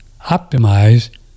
OPTIMIZE